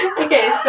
Okay